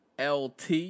Lt